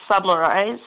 summarize